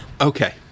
okay